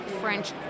French